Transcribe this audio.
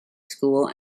school